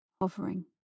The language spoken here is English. hovering